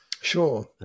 Sure